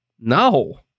No